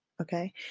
Okay